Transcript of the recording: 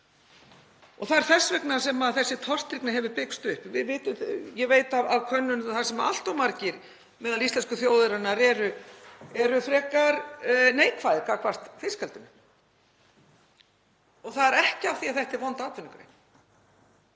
Það er þess vegna sem þessi tortryggni hefur byggst upp. Ég veit af könnunum þar sem allt of margir meðal íslensku þjóðarinnar eru frekar neikvæðir gagnvart fiskeldinu. Það er ekki af því að þetta er vond atvinnugrein.